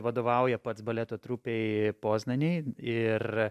vadovauja pats baleto trupei poznanėj ir